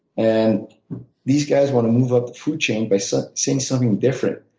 and these guys want to move up the food chain by so saying something different.